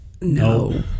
No